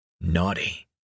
Naughty